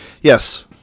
Yes